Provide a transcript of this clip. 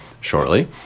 shortly